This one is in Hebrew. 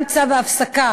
גם צו הפסקה